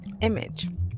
Image